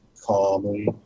calmly